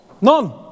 None